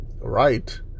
right